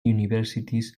universities